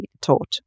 taught